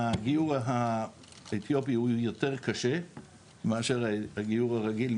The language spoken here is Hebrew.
הגיור האתיופי הוא יותר קשה מאשר הגיור הרגיל,